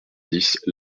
dix